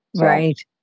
Right